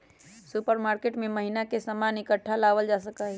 supermarket से महीना के सामान इकट्ठा लावल जा सका हई